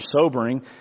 sobering